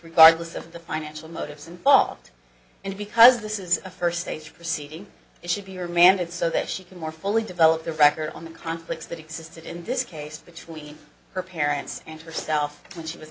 regardless of the financial motives and all and because this is a first stage proceeding it should be remanded so that she can more fully develop the record on the conflicts that existed in this case between her parents and herself when she was